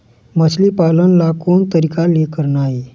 मछली पालन ला कोन तरीका ले करना ये?